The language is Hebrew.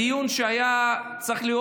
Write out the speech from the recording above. הדיון היה צריך להיות